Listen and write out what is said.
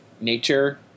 nature